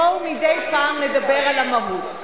בואו מדי פעם נדבר על המהות.